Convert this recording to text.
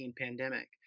pandemic